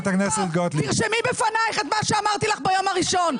תרשמי בפנייך את מה שאמרתי לך ביום הראשון.